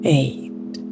eight